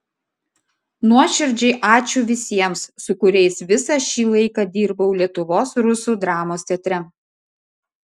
nuoširdžiai ačiū visiems su kuriais visą šį laiką dirbau lietuvos rusų dramos teatre